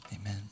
Amen